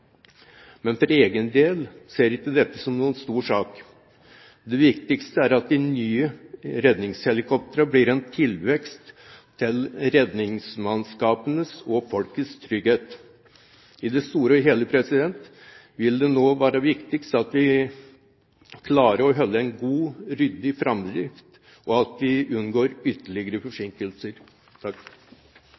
men for egen del ser jeg ikke dette som noen stor sak. Det viktigste er at de nye redningshelikoptrene blir en tilvekst til redningsmannskapenes og folkets trygghet. I det store og hele vil det viktigste nå være at vi klarer å få til en god og ryddig framdrift, og at vi unngår ytterligere forsinkelser.